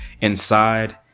inside